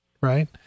right